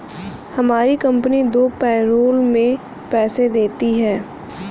हमारी कंपनी दो पैरोल में पैसे देती है